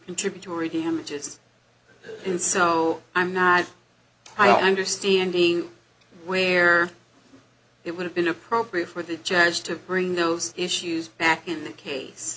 contributory damages and so i'm not i understanding where it would have been appropriate for the charge to bring those issues back in that case